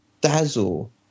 dazzle